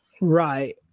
Right